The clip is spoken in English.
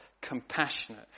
compassionate